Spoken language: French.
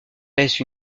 laisse